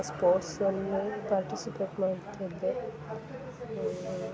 ಸ್ಪೋರ್ಟ್ಸಲ್ಲಿ ಪಾರ್ಟಿಸಿಪೇಟ್ ಮಾಡ್ತಿದ್ದೆ